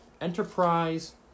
enterprise